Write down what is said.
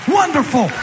wonderful